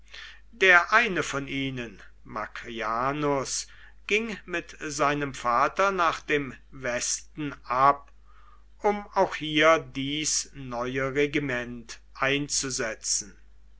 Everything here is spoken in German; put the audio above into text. der eine von ihnen macrianus ging mit seinem vater nach dem westen ab um auch hier dies neue regiment einzusetzen